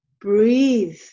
Breathe